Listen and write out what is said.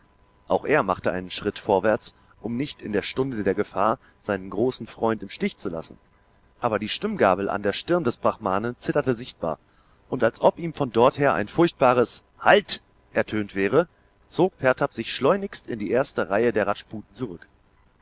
auch er machte einen schritt vorwärts um nicht in der stunde der gefahr seinen großen freund im stich zu lassen aber die stimmgabel an der stirn des brahmanen zitterte sichtbar und als ob ihm von dorther ein furchtbares halt ertönt wäre zog pertab sich schleunigst in die erste reihe der rajputen zurück